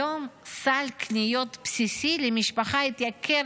היום סל קניות בסיסי למשפחה התייקר